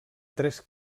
tres